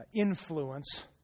influence